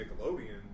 Nickelodeon